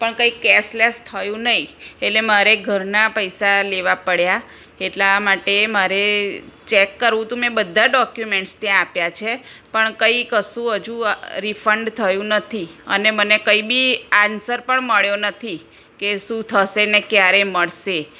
પણ કંઈ cashless થયું નહીં એટલે મારે ઘરના પૈસા લેવા પડયા એટલા માટે મારે ચેક કરવું હતું મેં બધા ડોક્યુમેન્ટ્સ ત્યાં આપ્યાં છે પણ કંઈ કશું હજુ રિફન્ડ થયું નથી અને મને કઈ બી આન્સર પણ મળ્યો નથી કે શું થશે ને ક્યારે મળશે